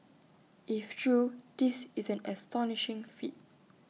if true this is an astonishing feat